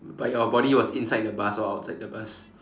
but your body was inside the bus or outside the bus